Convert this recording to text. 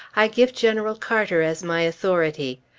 i give general carter as my authority.